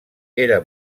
era